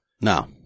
now